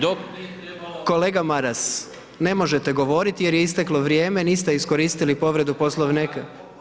Kolega Maras, ne možete govoriti jer je isteklo vrijeme, niste iskoristili povredu Poslovnika.